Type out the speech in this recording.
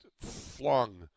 flung